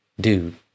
Dude